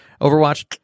Overwatch